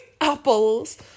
apples